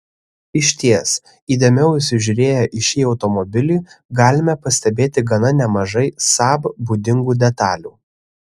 išties įdėmiau įsižiūrėję į šį automobilį galime pastebėti gana nemažai saab būdingų detalių